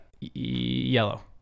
yellow